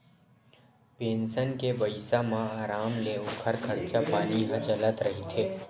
pension के पइसा म अराम ले ओखर खरचा पानी ह चलत रहिथे